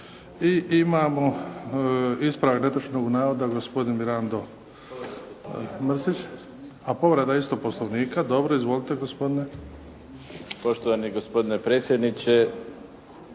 I imamo ispravak netočnog navoda gospodin Mirando Mrsić. A povreda isto Poslovnika? Dobro. Izvolite gospodine. **Mrsić, Mirando (SDP)** Poštovani gospodine predsjedniče.